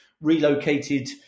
relocated